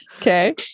Okay